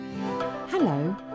Hello